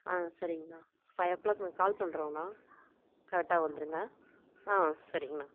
ஆ சரிங்கணா five o'clock நான் call பண்ணுறோங்ணா கரெக்டாக வந்துடுங்க ஆ சரிங்கணா